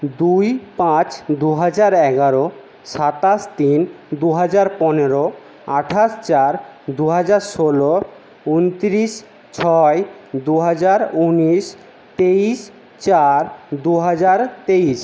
দুই পাঁচ দু হাজার এগারো সাতাশ তিন দু হাজার পনেরো আঠাশ চার দু হাজার ষোলো উনতিরিশ ছয় দুহাজার উনিশ তেইশ চার দুহাজার তেইশ